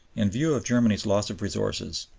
in view of germany's loss of resources,